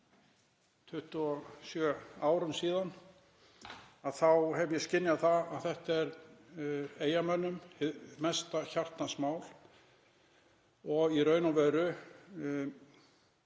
27 árum síðan hef ég skynjað það að þetta er Eyjamönnum hið mesta hjartans mál og í raun og veru